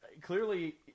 Clearly